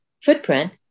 footprint